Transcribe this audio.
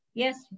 Yes